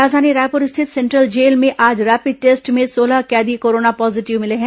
राजधानी रायपुर स्थित central jail में आज रैपिड टेस्ट में सोलह कैदी कोरोना पॉजिटिव मिले हैं